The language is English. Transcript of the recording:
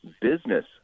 business